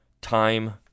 Time